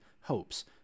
hopes